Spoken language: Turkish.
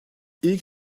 i̇lk